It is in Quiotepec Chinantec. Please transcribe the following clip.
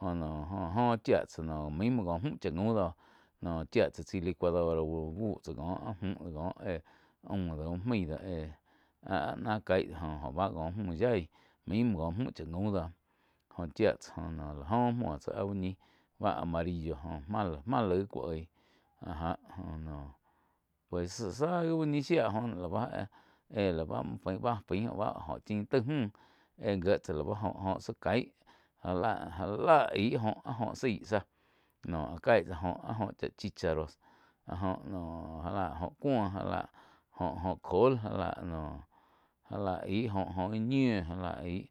joh noh joh óh chiá tsáh mismo cóh mju cha jaum doh noh chía tsá chai licuadora úh buh tsá cóh muh có éh aum uh maíh éh áh nah caig óh joh báh có múh yaíh mismi có mju cha jaum dóh joh chía tsá jo noh láh jo muo tsá áh úh ñih báh marillo jóh máh-máh laig cu aig áh já jo no pues záh úh ñi shía jo na lá ba eh la báh fain óh chin taig müh éh gie tsá lau jóh-jóh zá caí já lá-já lá aig jóh áh jóh záig záh noh caig tsá joh chá chicharos áh jo já láh joh cuó já láh jóh-jóh col já lá noh já lá aig óh-óh íh ñiu já lá aí.